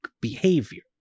behavior